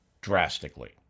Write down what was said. drastically